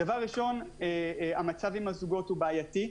דבר ראשון, המצב עם הזוגות הוא בעייתי.